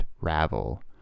ravel